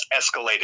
escalated